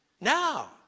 now